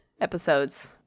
episodes